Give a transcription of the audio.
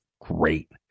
great